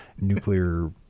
nuclear